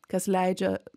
kas leidžia